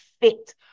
fit